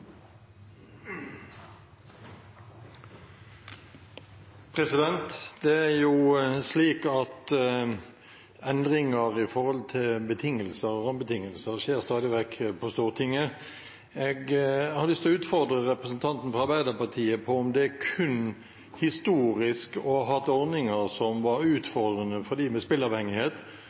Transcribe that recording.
slik at endringer i betingelser og rammebetingelser skjer stadig vekk på Stortinget. Jeg har lyst til å utfordre representanten fra Arbeiderpartiet på om det er kun historisk å ha hatt ordninger som var utfordrende for dem med